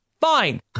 fine